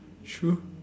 true